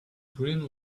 green